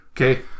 Okay